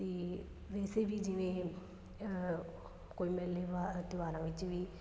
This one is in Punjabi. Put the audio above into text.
ਅਤੇ ਵੈਸੇ ਵੀ ਜਿਵੇਂ ਕੋਈ ਮੇਲੇ ਵਾਰ ਤਿਉਹਾਰਾਂ ਵਿੱਚ ਵੀ